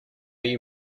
you